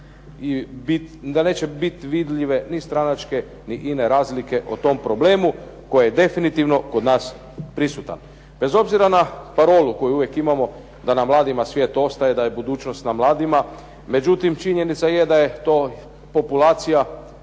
da neće biti vidljive ni stranačke ne ine razlike po tom problemu koji je definitivno kod nas prisutan. Bez obzira na parolu koju uvijek imamo da na mladima svijet ostaje, da je budućnost na mladima, međutim, činjenica je da je to populacija